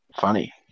funny